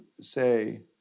say